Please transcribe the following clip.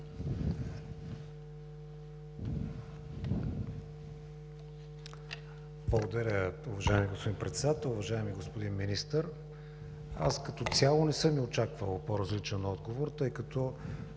Благодаря, уважаеми господин Председател. Уважаеми господин Министър, аз като цяло не съм и очаквал по-различен отговор, тъй като